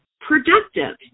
productive